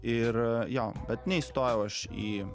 ir jo bet neįstojau aš į